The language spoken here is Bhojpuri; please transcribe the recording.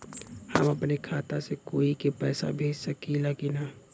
हम अपने खाता से कोई के पैसा भेज सकी ला की ना?